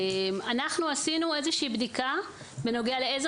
אנחנו עשינו איזשהו בדיקה בנוגע לאיזה